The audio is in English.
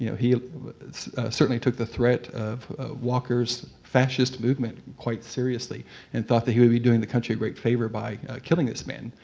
you know he certainly took the threat of walker's fascist movement quite seriously and thought that he would be doing the country a great favor by killing this man.